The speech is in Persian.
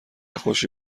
خوشی